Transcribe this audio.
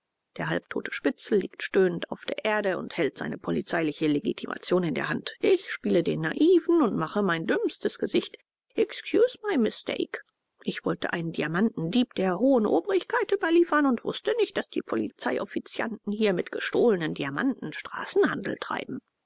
der halbtote spitzel liegt stöhnend auf der erde und hält seine polizeiliche legitimation in der hand ich spiele den naiven und mache mein dümmstes gesicht excuse my mistake ich wollte einen diamantdieb der hohen obrigkeit überliefern und wußte nicht daß die polizeioffizianten hier mit gestohlenen diamanten straßenhandel treiben